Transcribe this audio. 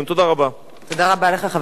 תודה רבה לחבר הכנסת בן-ארי.